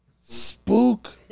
Spook